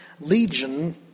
Legion